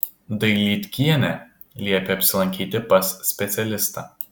dailydkienė liepė apsilankyti pas specialistą